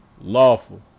lawful